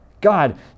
God